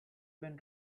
been